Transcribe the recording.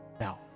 Now